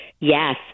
Yes